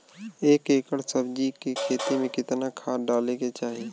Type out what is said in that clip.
एक एकड़ सब्जी के खेती में कितना खाद डाले के चाही?